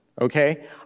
okay